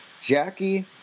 Jackie